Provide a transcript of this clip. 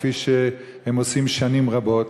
כפי שהם עושים שנים רבות.